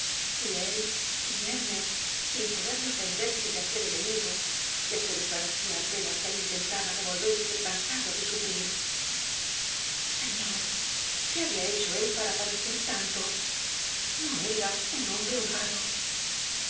y él inerme sin poder defenderse de aquel ene migo que se desvanecía apenas él intentaba revolverse cansado de sufrir señor qué había hecho él para padecer tantor no era un hombre honrado